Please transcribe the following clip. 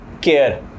care